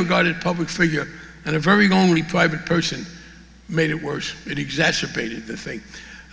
regarded public figure and a very lonely private person made it worse it exacerbated the thing